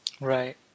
Right